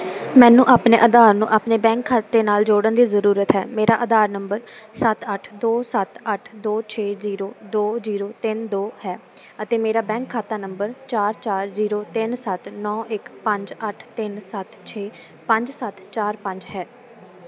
ਮੈਨੂੰ ਆਪਣੇ ਆਧਾਰ ਨੂੰ ਆਪਣੇ ਬੈਂਕ ਖਾਤੇ ਨਾਲ ਜੋੜਨ ਦੀ ਜ਼ਰੂਰਤ ਹੈ ਮੇਰਾ ਆਧਾਰ ਨੰਬਰ ਸੱਤ ਅੱਠ ਦੋ ਸੱਤ ਅੱਠ ਦੋ ਛੇ ਜ਼ੀਰੋ ਦੋ ਜੀਰੋ ਤਿੰਨ ਦੋ ਹੈ ਅਤੇ ਮੇਰਾ ਬੈਂਕ ਖਾਤਾ ਨੰਬਰ ਚਾਰ ਚਾਰ ਜੀਰੋ ਤਿੰਨ ਸੱਤ ਨੌਂ ਇੱਕ ਪੰਜ ਅੱਠ ਤਿੰਨ ਸੱਤ ਛੇ ਪੰਜ ਸੱਤ ਚਾਰ ਪੰਜ ਹੈ